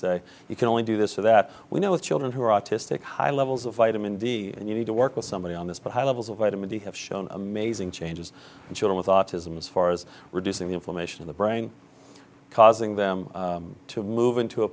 say you can only do this so that we know of children who are autistic high levels of vitamin d and you need to work with somebody on this but high levels of vitamin d have shown amazing changes in chile with autism as far as reducing the inflammation in the brain causing them to move into a